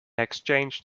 exchanged